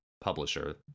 Publisher